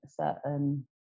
certain